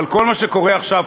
אבל כל מה שקורה עכשיו,